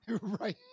right